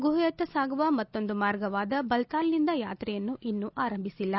ಅದಾಗ್ಯೂ ಪವಿತ್ರ ಗುಹೆಯತ್ತ ಸಾಗುವ ಮತ್ತೊಂದು ಮಾರ್ಗವಾದ ಬಲ್ತಾಲ್ನಿಂದ ಯಾತ್ರೆಯನ್ನು ಇನ್ನೂ ಆರಂಭಿಸಿಲ್ಲ